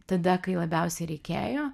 tada kai labiausiai reikėjo